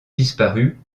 disparut